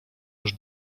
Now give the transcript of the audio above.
już